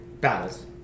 battles